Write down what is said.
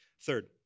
Third